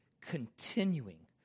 Continuing